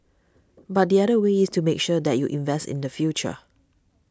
but the other way is to make sure that you invest in the future